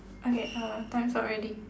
okay uh time's up already